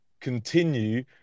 continue